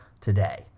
today